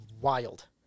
wild